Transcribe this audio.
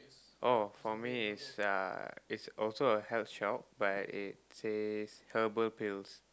oh for me is uh it's also a health shop but it says herbal pills